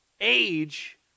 age